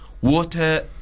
water